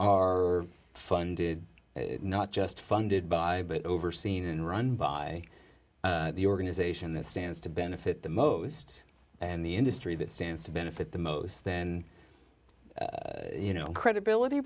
are funded not just funded by but overseen and run by the organization that stands to benefit the most and the industry that stands to benefit the most then you know credibility